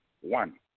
One